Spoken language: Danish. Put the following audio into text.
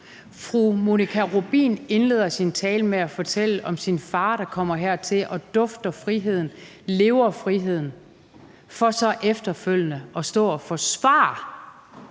Fru Monika Rubin indleder sin tale med at fortælle om sin far, der kommer hertil og dufter friheden og lever friheden, for så efterfølgende at stå og forsvare,